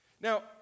Now